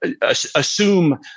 assume